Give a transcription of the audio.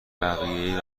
بقیه